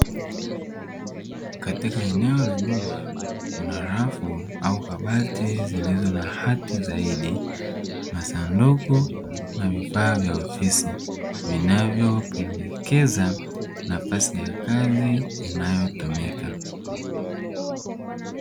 Katika eneo la nyuma kuna rafu au kabati zilizo na hati zaidi, masanduku na vifaa vya ofisi vinavyopendekeza nafasi ya kazi inayotumika.